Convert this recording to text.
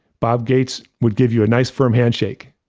bob gates would give you a nice firm handshake.